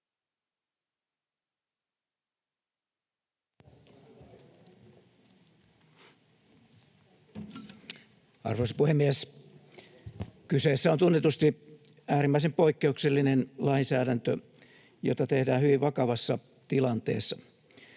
Arvoisa puhemies! Kyseessä on tunnetusti äärimmäisen poikkeuksellinen lainsäädäntö, jota tehdään hyvin vakavassa tilanteessa.